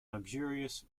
luxurious